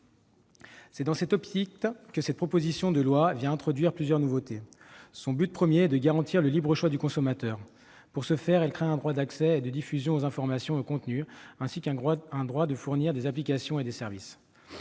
Dans cette optique, cette proposition de loi introduit plusieurs nouveautés. Son but premier est de garantir le libre choix du consommateur. Pour ce faire, elle crée un droit d'accès et de diffusion aux informations et aux contenus, ainsi qu'un droit de fournir des applications et des services.